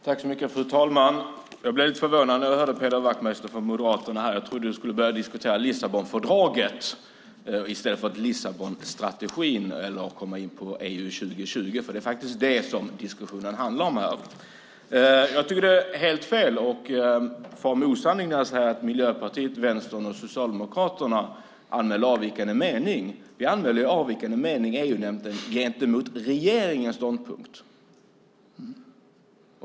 Fru talman! Jag blev lite förvånad när jag hörde Peder Wachtmeister från Moderaterna här. Jag trodde att du skulle börja diskutera Lissabonfördraget i stället för Lissabonstrategin eller komma in på EU 2020. Det är faktiskt det som diskussionen handlar om här. Jag tycker att det är helt fel att fara med osanning och säga att Miljöpartiet, Vänstern och Socialdemokraterna anmäler avvikande mening. Vi anmäler ju avvikande mening gentemot regeringens ståndpunkt.